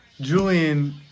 Julian